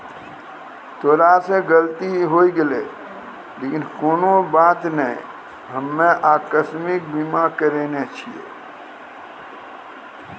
तोरा से गलती होय गेलै लेकिन कोनो बात नै हम्मे अकास्मिक बीमा करैने छिये